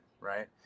right